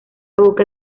boca